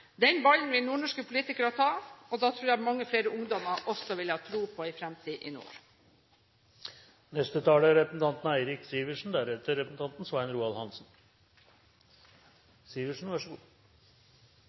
Den ballen vil nordnorske politikere ta. Da tror jeg at mange flere ungdommer også vil ha tro på en fremtid i nord. Siden nordområdene ikke er